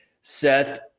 Seth